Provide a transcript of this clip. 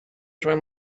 join